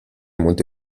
molto